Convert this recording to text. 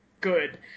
good